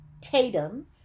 Tatum